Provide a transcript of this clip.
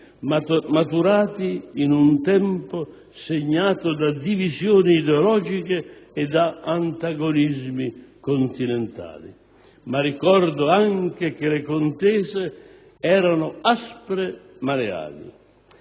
maturati in un tempo segnato da divisioni ideologiche e da antagonismi continentali, ma ricordo anche che le contese erano aspre ma leali.